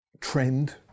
trend